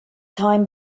time